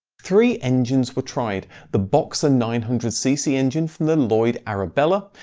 three engines were tried the boxer nine hundred cc engine from the lloyd arabella,